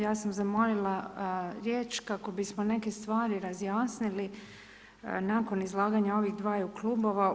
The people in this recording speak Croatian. Ja sam zamolila riječ kako bismo neke stvari razjasnili nakon izlaganja ovih dvaju klubova.